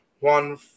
One